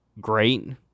great